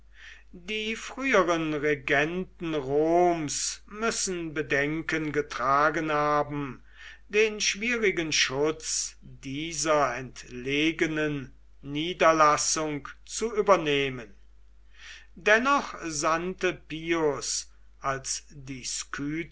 die früheren regenten roms müssen bedenken getragen haben den schwierigen schutz dieser entlegenen niederlassung zu übernehmen dennoch sandte pius als die